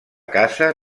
casa